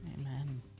Amen